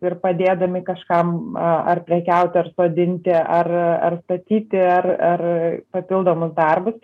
ir padėdami kažkam ar prekiauti ar sodinti ar ar statyti ar ar papildomus darbus